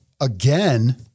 again